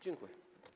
Dziękuję.